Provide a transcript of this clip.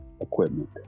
equipment